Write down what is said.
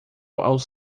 aos